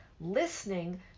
listening